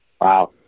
Wow